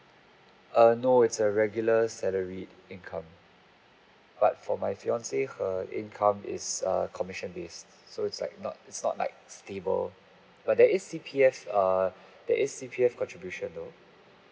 err no it's a regular salaried income but for my fiancee her income is err commission based so it's like not it's not like stable but there is C_P_F err there is C_P_F contribution though